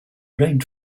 reigned